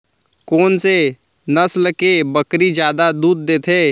कोन से नस्ल के बकरी जादा दूध देथे